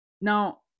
Now